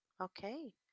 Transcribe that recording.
Okay